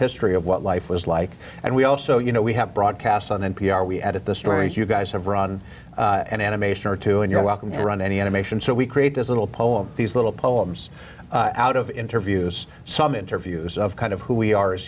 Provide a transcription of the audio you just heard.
history of what life was like and we also you know we have broadcast on n p r we at the stories you guys have run an animation or two and you're welcome to run any animation so we create this little poem these little poems out of interviews some interviews of kind of who we are as